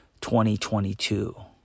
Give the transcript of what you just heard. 2022